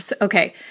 Okay